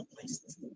places